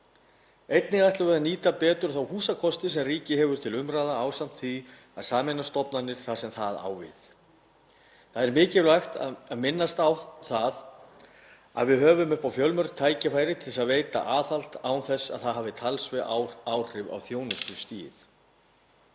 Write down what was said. Einnig ætlum við að nýta betur þá húsakosti sem ríkið hefur til umráða ásamt því að sameina stofnanir þar sem það á við. Það er mikilvægt að minnast á það að við höfum fjölmörg tækifæri til að veita aðhald án þess að það hafi talsverð áhrif á þjónustustigið.